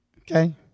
Okay